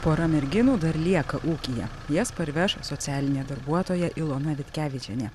pora merginų dar lieka ūkyje jas parveš socialinė darbuotoja ilona vitkevičienė